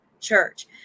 church